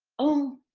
oh!